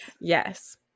Yes